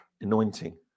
Anointing